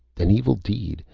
an evil deed.